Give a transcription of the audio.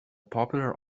popular